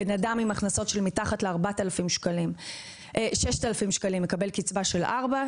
אדם עם הכנסות של מתחת ל-6000 שקלים יקבל קצבה של ארבע,